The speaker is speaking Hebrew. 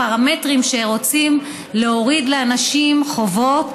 הפרמטרים שאיתם רוצים להוריד לאנשים חובות